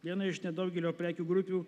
viena iš nedaugelio prekių grupių